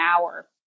hour